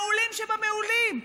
מעולים שבמעולים.